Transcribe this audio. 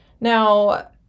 Now